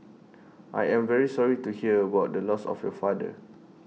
I am very sorry to hear about the loss of your father